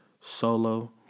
Solo